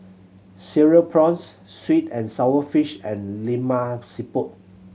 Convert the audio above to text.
Cereal Prawns sweet and sour fish and Lemak Siput